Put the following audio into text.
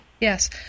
yes